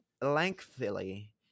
lengthily